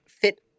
fit